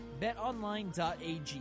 BetOnline.ag